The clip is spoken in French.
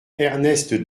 ernest